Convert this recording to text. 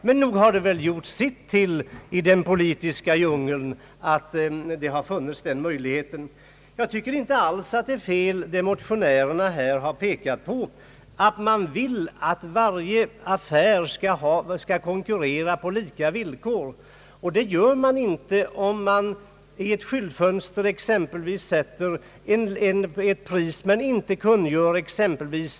Men nog har det förmärkts i den politiska djungeln att denna möjlighet har funnits. Jag tycker inte alls det är fel, som motionärerna pekat på, att man vill att alla affärer skall konkurrera på lika villkor. Det gör man inte om en affär skyltar med priser, men inte kungör om moms ingår eller inte.